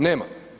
Nema.